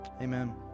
Amen